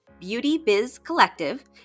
beautybizcollective